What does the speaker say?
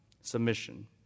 Submission